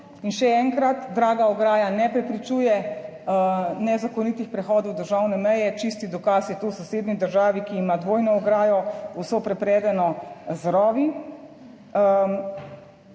In še enkrat, draga ograja ne prepričuje nezakonitih prehodov državne meje, čisti dokaz je to v sosednji državi, ki ima dvojno ograjo, vso prepredeno z rovi,